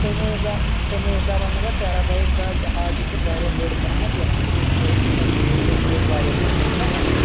تَمے حساب تَمے حساب انہٕ بہٕ ٹیرا بایٹ کانہہ ہاڑ ڈِسک واریاہ بٔڑ پہمتھ یتھ منٛز سُہ سورُے ڈیٹا فیٖڈ گَژھِ سُہ روزِ واریاہ بہتر چُھ نا ٹھیٖک